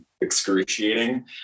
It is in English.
excruciating